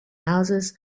houses